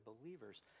believers